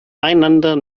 einander